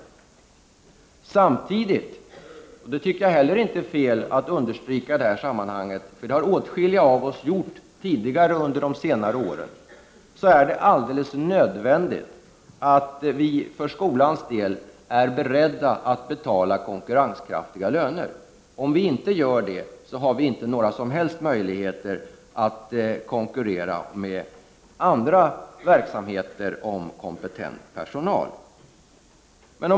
Men samtidigt — jag tycker inte det är fel att understryka det i detta sammanhang, för det har åtskilliga av oss gjort under senare år — är det helt nödvändigt att vi för skolans del är beredda att betala konkurrenskraftiga löner. Om vi inte gör det, finns det inte några som helst möjligheter att konkurrera med andra verksamheter om kompetent personal.